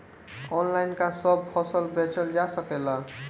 Online का सब फसल बेचल जा सकेला?